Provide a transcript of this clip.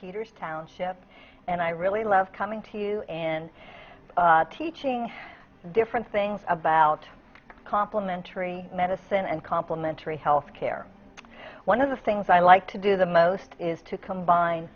peter's township and i really love coming to you and teaching different things about complementary medicine and complimentary health care one of the things i like to do the most is to combine